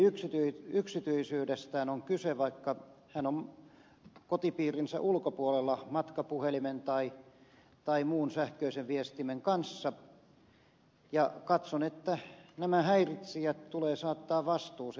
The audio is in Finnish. hänen yksityisyydestään on kyse vaikka hän on kotipiirinsä ulkopuolella matkapuhelimen tai muun sähköisen viestimen kanssa ja katson että nämä häiritsijät tulee saattaa vastuuseen